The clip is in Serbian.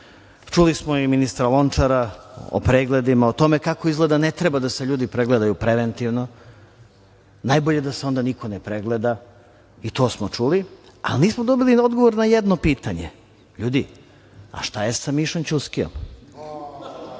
redu. Čuli smo i ministra Lončara o pregledima, o tome kako izgleda ne treba da se ljudi pregledaju preventivno. Najbolje da se onda niko ne pregleda i to smo čuli, ali nismo dobili ni odgovor ni na jedno pitanje. Ljudi, a šta je sa Mišom Ćuskijom?